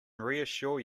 reassure